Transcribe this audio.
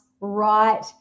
right